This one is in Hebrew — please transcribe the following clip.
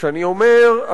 כשאני אומר,